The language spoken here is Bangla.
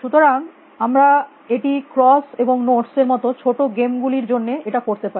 সুতরাং আমরা এটি ক্রস এবং নোটস এর মত ছোটো গেম গুলির জন্য এটা করতে পারি